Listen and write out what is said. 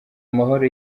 amahoro